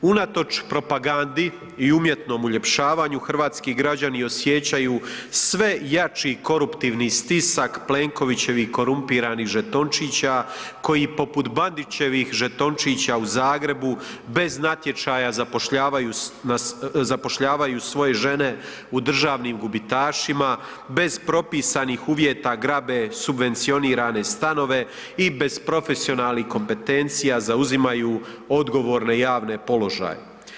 Unatoč propagandi i umjetnom uljepšavanju hrvatski građani osjećaju sve jači koruptivni stisak Plenkovićevih korumpiranih žetočnića koji poput Bandićevih žetončića u Zagrebu bez natječaja zapošljavaju svoje žene u državnim gubitašima, bez propisanih uvjeta grabe subvencionirane stanove i bez profesionalnih kompetencija zauzimaju odgovorne javne položaje.